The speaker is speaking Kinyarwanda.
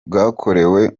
bwakorewe